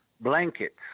blankets